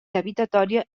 gravitatòria